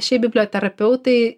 šiap biblioterapeutai